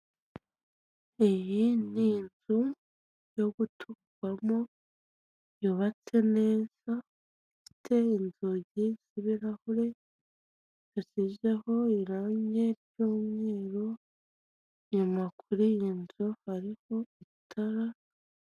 iyi ninzu yo guturwamo yubatse neza ifite inzugi zibirahure zisizeho irangi ryumweru inyuma kuriyi nzu hariho itara.